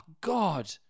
god